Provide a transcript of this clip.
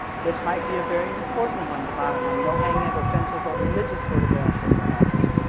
this might be a very important one, the bottom one. no hanging of offensive or religious photographs in your office.